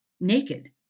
naked